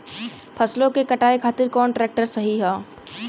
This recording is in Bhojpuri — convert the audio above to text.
फसलों के कटाई खातिर कौन ट्रैक्टर सही ह?